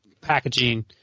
packaging